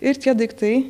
ir tie daiktai